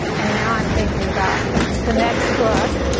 and now i'm thinking about the the next book,